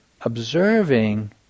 observing